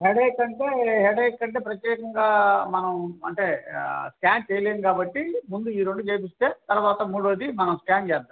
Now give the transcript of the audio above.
headache అంటే headache అంటే ప్రత్యేకంగా మనం అంటే స్కాన్ చెయ్యలేము కాబట్టి ముందు ఈ రెండు చెయ్యిస్తే తరువాత మూడవది మనం స్కాన్ చేద్దాము